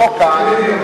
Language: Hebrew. לא כאן,